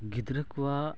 ᱜᱤᱫᱽᱨᱟᱹ ᱠᱚᱣᱟᱜ